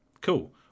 cool